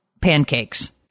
pancakes